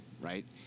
right